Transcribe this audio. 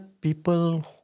people